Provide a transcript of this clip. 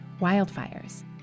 wildfires